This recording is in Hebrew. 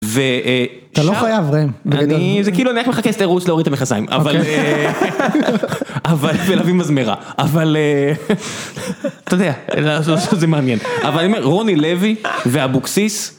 אתה לא חייב ראם, זה כאילו אני איך מחכה סטיירות של אורית המכסיים, אבל פלאבי מזמירה, אבל אתה יודע, עכשיו זה מעניין, אבל אני אומר רוני לוי ואבוקסיס.